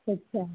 ਅੱਛਾ